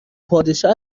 پادشاه